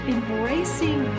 Embracing